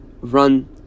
run